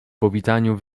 powitaniu